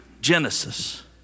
Genesis